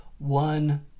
One